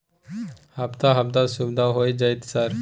हफ्ता हफ्ता सुविधा होय जयते सर?